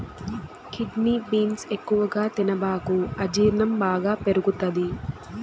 kidney beans ఎక్కువగా తినబాకు అజీర్ణం బాగా పెరుగుతది